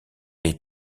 les